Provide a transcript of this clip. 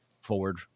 forward